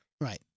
Right